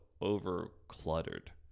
over-cluttered